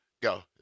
go